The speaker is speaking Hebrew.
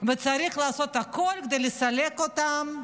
ושצריך לעשות הכול כדי לסלק אותם,